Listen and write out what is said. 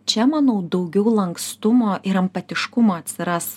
čia manau daugiau lankstumo ir empatiškumo atsiras